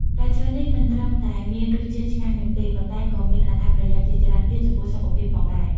ផ្លែឈើនេះមិនត្រឹមតែមានរសជាតិឆ្ងាញ់នោះទេ ប៉ុន្តែក៏មានអត្ថប្រយោជន៍ជាច្រើនទៀតចំពោះសុខភាពផងដែរ។